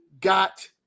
got